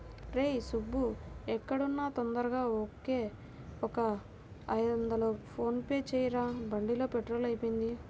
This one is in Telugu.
రేయ్ సుబ్బూ ఎక్కడున్నా తొందరగా ఒక ఐదొందలు ఫోన్ పే చెయ్యరా, బండిలో పెట్రోలు అయిపొయింది